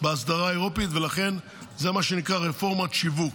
באסדרה האירופית, ולכן זה מה שנקרא רפורמת שיווק,